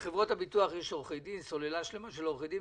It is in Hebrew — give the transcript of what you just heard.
ולחברות הביטוח יש סוללה שלמה של עורכי דין,